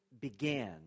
began